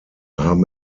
haben